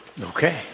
Okay